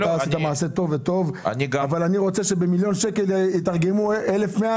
עשית מעשה טוב אבל אני רוצה שבמיליון שקלים יתרגמו 1,100